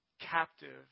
Captive